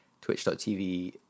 twitch.tv